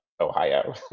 Ohio